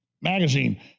Magazine